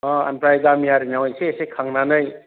अ ओमफ्राय गामियारिनियाव एसे एसे खांनानै